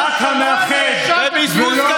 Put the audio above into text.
ראש ממשלה נאשם בפלילים,